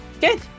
good